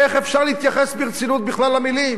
איך אפשר להתייחס ברצינות בכלל למלים?